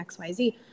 xyz